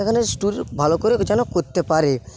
এখানে ট্যুর ভালো করে যেন করতে পারে